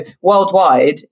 worldwide